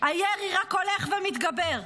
הירי רק הולך ומתגבר,